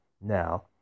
now